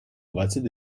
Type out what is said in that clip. двадцять